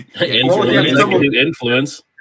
Influence